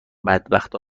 بدبختا